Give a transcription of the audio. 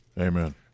Amen